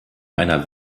einer